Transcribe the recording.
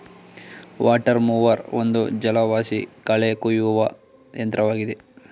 water mower ಒಂದು ಜಲವಾಸಿ ಕಳೆ ಕುಯ್ಯುವ ಯಂತ್ರವಾಗಿದೆ